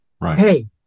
Hey